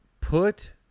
Put